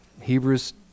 Hebrews